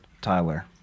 Tyler